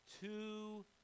Two